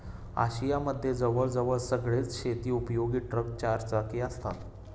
Asia मध्ये जवळ जवळ सगळेच शेती उपयोगी ट्रक चार चाकी असतात